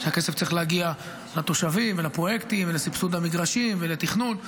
שהכסף צריך להגיע לתושבים ולפרויקטים ולסבסוד המגרשים ולתכנון.